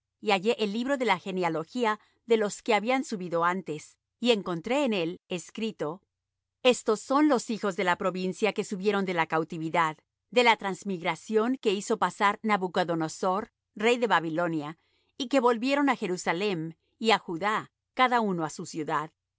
y hallé el libro de la genealogía de los que habían subido antes y encontré en él escrito estos son los hijos de la provincia que subieron de la cautividad de la transmigración que hizo pasar nabucodonosor rey de babilonia y que volvieron á jerusalem y á judá cada uno á su ciudad